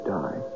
die